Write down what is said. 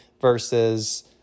versus